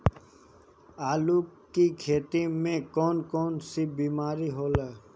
आलू की खेती में कौन कौन सी बीमारी होला?